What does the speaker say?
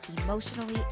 emotionally